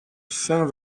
saint